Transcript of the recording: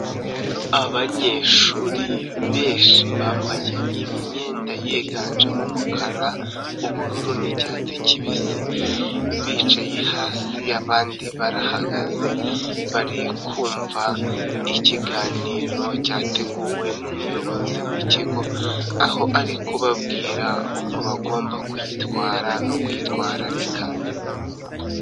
Abanyeshuri benshi bambaye imyenda yiganjemo umukara, ubururu n'icyatsi kibisi bicaye hasi abandi barahagaze bari kumva ikiganiro cyateguwe n'umuyobozi w'ikigo aho ari kubabwira uko bagomba kwitwara no kwitwararika.